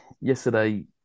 yesterday